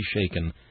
shaken